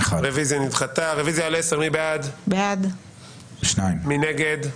הצבעה בעד, 3 נגד,